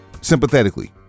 sympathetically